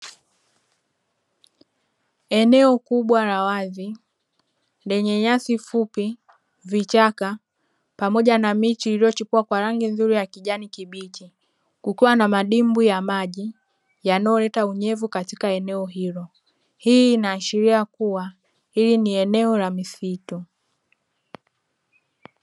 Eneo kubwa la wazi lenye nyasi fupi, vichaka pamoja na miche iliyochipua kwa rangi nzuri ya kijani kibichi kukiwa na madimbwi ya maji yanayoleta unyevu katika eneo hilo. Hii inaashiria kuwa hili ni eneo la misitu.